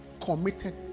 committed